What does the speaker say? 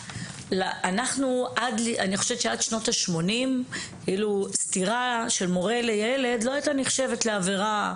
אני חושבת שעד שנות ה-80 סטירה של מורה לילד לא הייתה נחשבת לעבירה,